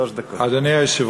אינה נוכחת.